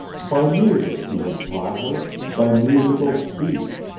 by music he had taught her, by musical speech,